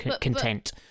content